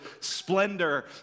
splendor